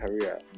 career